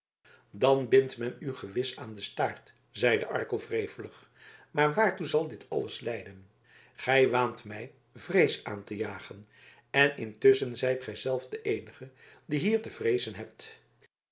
dan bindt men u gewis aan den staart zeide arkel wrevelig maar waartoe zal dit alles leiden gij waant mij vrees aan te jagen en intusschen zijt gij zelf de eenige die hier te vrezen hebt